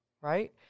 right